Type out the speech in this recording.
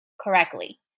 correctly